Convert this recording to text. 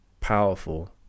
powerful